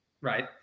Right